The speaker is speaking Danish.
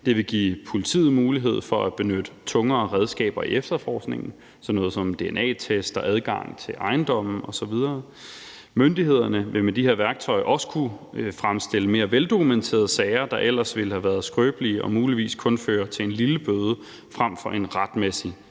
Det vil give politiet mulighed for at benytte tungere redskaber i efterforskningen – sådan noget som dna-test, adgang til ejendomme osv. Myndighederne vil med de her værktøjer også kunne fremstille mere veldokumenterede sager, der ellers ville have været skrøbelige og muligvis kun føre til en lille bøde frem for en retmæssig